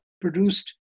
produced